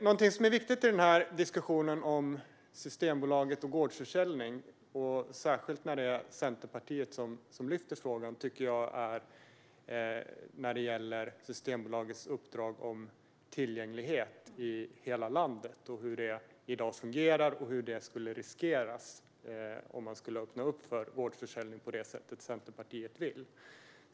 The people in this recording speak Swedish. Någonting som är viktigt i diskussionen om Systembolaget och gårdsförsäljning, särskilt när det är Centerpartiet som lyfter frågan, tycker jag är Systembolagets uppdrag rörande tillgänglighet i hela landet och hur det i dag fungerar och hur det skulle riskeras om man skulle öppna för gårdsförsäljning på det sätt som Centerpartiet vill.